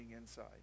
inside